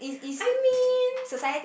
I mean